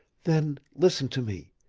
then listen to me.